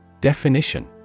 Definition